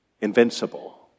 Invincible